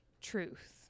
truth